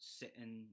sitting